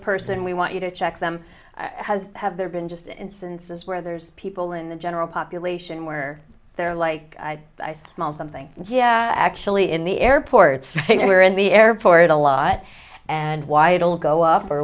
person we want you to check them have there been just instances where there's people in the general population where they're like i smell something yeah actually in the airports we're in the airport a lot and why it'll go